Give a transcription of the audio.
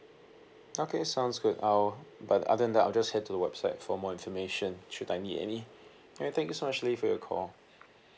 okay sounds good I'll but other than that I'll just head to website for more information should I need any alright thank you so much lily for your call